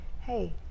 hey